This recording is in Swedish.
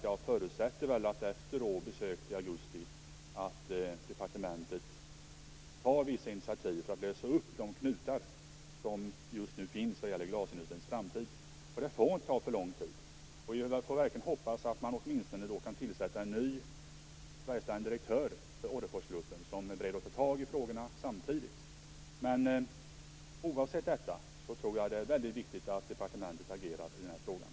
Jag förutsätter att departementet efter ministerns besök i augusti tar vissa initiativ för att lösa upp de knutar som just nu finns vad gäller glasindustrins framtid. Detta får inte ta för lång tid. Jag hoppas verkligen att man då åtminstone kan tillsätta en ny verkställande direktör för Orreforsgruppen som är beredd att ta tag i frågorna samtidigt. Oavsett detta tror jag att det är väldigt viktigt att departementet agerar i den här frågan.